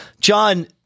John